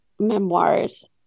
memoirs